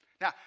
Now